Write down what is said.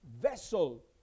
vessel